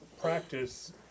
practice